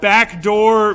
Backdoor